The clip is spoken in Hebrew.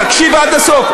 תקשיב עד הסוף.